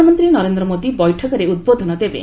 ପ୍ରଧାନମନ୍ତ୍ରୀ ନରେନ୍ଦ୍ ମୋଦି ବୈଠକରେ ଉଦ୍ବୋଧନ ଦେବେ